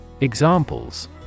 Examples